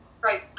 Right